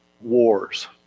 wars